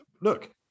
look